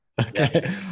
Okay